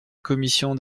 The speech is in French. commission